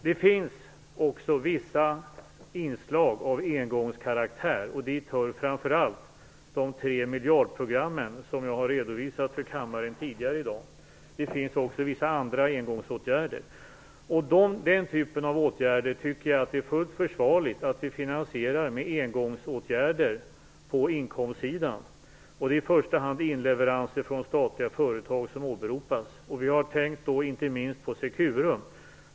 Det finns också vissa inslag av engångskaraktär. Dit hör framför allt de tre miljardprogrammen som jag har redovisat för kammaren tidigare i dag. Det finns också vissa andra engångsåtgärder. Den typen av åtgärder tycker jag att det är fullt försvarligt att vi finansierar med engångsåtgärder på inkomstsidan. Det är i första hand inleveranser från statliga företag som åberopas. Vi har då inte minst tänkt på Securum.